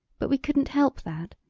but we couldn't help that.